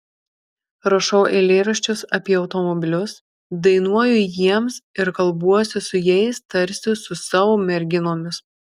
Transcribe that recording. rašau eilėraščius apie automobilius dainuoju jiems ir kalbuosi su jais tarsi su savo merginomis